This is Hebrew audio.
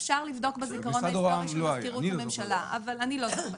אפשר לבדוק בזיכרון ההיסטורי של מזכירות הממשלה אבל אני לא זוכרת.